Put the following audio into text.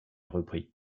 reprit